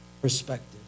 perspective